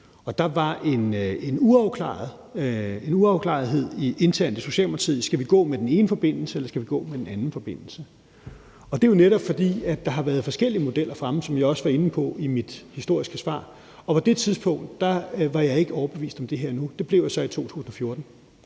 Der var en uafklarethed internt i Socialdemokratiet: Skal vi gå med den ene forbindelse, eller skal vi gå med den anden forbindelse? Det var jo netop, fordi der har været forskellige modeller fremme, som jeg også var inde på i mit historiske svar, og på det tidspunkt var jeg endnu ikke overbevist om det her. Det blev jeg så i 2014.